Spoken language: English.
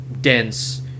dense